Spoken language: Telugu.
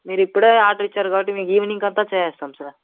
మీరిప్పుడే ఆర్డర్ ఇచ్చారు కాబట్టి మీకు ఈవ్నింగ్ అంతా చేసేస్తాం సార్